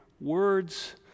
words